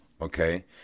Okay